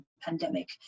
pandemic